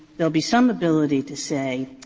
there will be some ability to say,